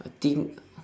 I think